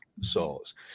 sorts